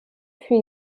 fut